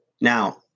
Now